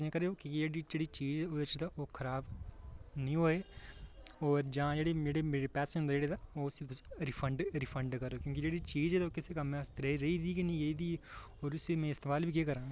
की के ओह् जेह्ड़ी चीज़ नुहाड़े कश ओह् खराब निं होऐ जां प्ही जेह्ड़े मेरे पैसे होंदे ते ओह् उसी रिफंड करी ओड़ेओ ते जेह्ड़ी चीज़ ऐ ओह् किसै कम्मै आस्तै रेही दी गै निं ऐ होर उसी में इस्तेमाल बी केह् करना